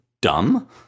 dumb